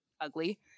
ugly